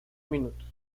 minutos